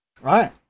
right